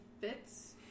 fits